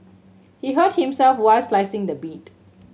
he hurt himself while slicing the meat